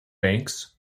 banks